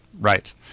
Right